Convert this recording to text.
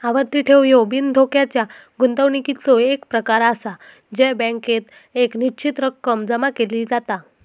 आवर्ती ठेव ह्यो बिनधोक्याच्या गुंतवणुकीचो एक प्रकार आसा जय बँकेत एक निश्चित रक्कम जमा केली जाता